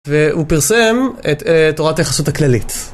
והוא פרסם את תורת היחסות הכללית.